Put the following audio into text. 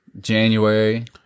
January